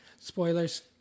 Spoilers